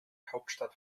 hauptstadt